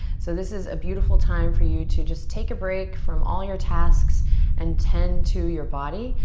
so this is a beautiful time for you to just take a break from all your tasks and tend to your body,